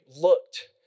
looked